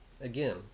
Again